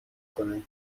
کنه